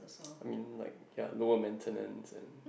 I mean like ya lower maintenance and